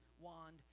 wand